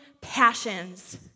passions